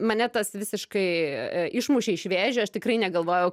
mane tas visiškai išmušė iš vėžių aš tikrai negalvojau